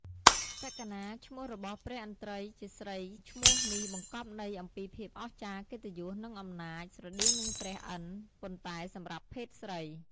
សក្កណា ឈ្មោះរបស់ព្រះឥន្ទ្រិយ៍ជាស្រី ឈ្មោះនេះបង្កប់ន័យអំពីភាពអស្ចារ្យ កិត្តិយស និងអំណាច ស្រដៀងនឹងព្រះឥន្ទ្រ ប៉ុន្តែសម្រាប់ភេទស្រី។